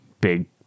big